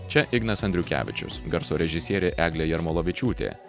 čia ignas andriukevičius garso režisierė eglė jarmolavičiūtė